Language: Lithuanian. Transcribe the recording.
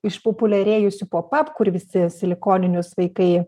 išpopuliarėjusių popap kur visi silikoninius vaikai